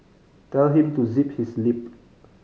tell him to zip his lip